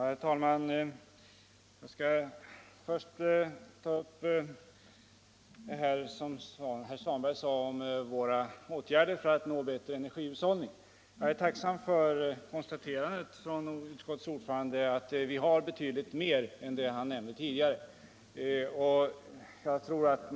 Herr talman! Jag skall först ta upp vad herr Svanberg sade om våra åtgärder för att nå bättre energihushållning. Jag är tacksam för konstaterandet av utskottets ordförande att fp har betydligt fler förslag med syftet att spara energi än de han nämnde tidigare.